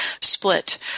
split